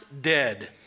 dead